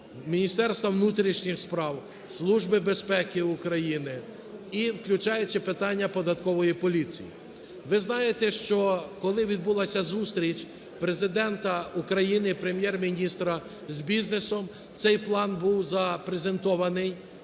Міністерства внутрішніх справ, Служби безпеки України і, включаючи питання податкової поліції. Ви знаєте, що, коли відбулася зустріч Президента України і Прем'єр-міністра з бізнесом, цей план був презентований